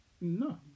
No